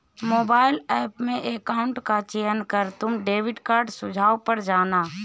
mobile app में account का चयन कर तुम डेबिट कार्ड सुझाव पर जाना